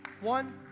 one